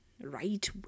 right